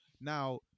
Now